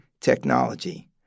technology